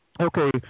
Okay